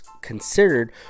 considered